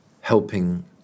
helping